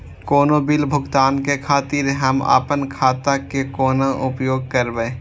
कोनो बील भुगतान के खातिर हम आपन खाता के कोना उपयोग करबै?